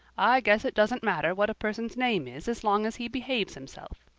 i guess it doesn't matter what a person's name is as long as he behaves himself,